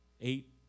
eight